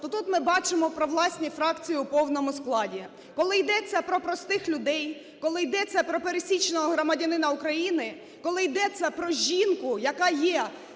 то тут ми бачимо провладні фракції у повному складі. Коли йдеться про простих людей, коли йдеться про пересічного громадянина України, коли йдеться про жінку, яка є